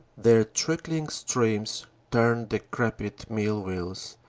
their trickling streams turn decrepit mill vheels,